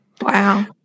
Wow